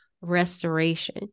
restoration